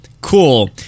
cool